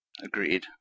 Agreed